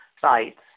sites